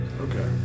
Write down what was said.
Okay